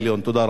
תודה רבה.